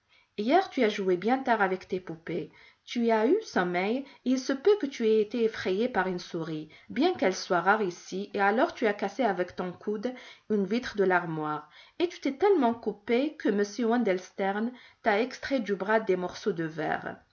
hier tu as joué bien tard avec tes poupées tu as eu sommeil et il se peut que tu aies été effrayée par une souris bien qu'elles soient rares ici et alors tu as cassé avec ton coude une vitre de l'armoire et tu t'es tellement coupée que m wandelstern t'a extrait du bras des morceaux de verre